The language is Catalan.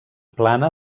plana